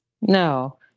No